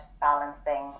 balancing